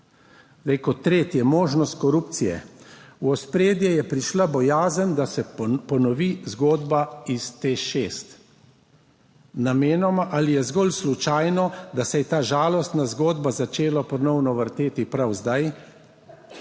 kot tretje, možnost korupcije. V ospredje je prišla bojazen, da se ponovi zgodba iz TEŠ 6. Namenoma ali je zgolj slučajno, da se je ta žalostna zgodba začela ponovno vrteti prav zdaj?